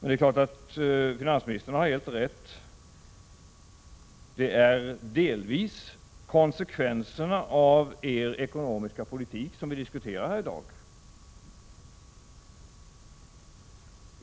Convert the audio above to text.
Självfallet har finansministern helt rätt när han säger att det delvis är konsekvenserna av socialdemokraternas politik som vi i dag diskuterar.